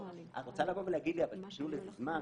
אם את רוצה להגיד לי תנו לזה זמן,